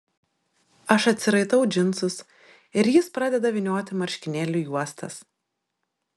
aš atsiraitau džinsus ir jis pradeda vynioti marškinėlių juostas